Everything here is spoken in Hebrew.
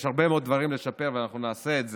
יש הרבה מאוד דברים לשפר, ואנחנו נעשה את זה,